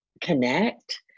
connect